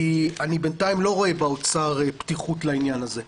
בינתיים אני לא רואה באוצר פתיחות לעניין הזה.